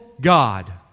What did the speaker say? God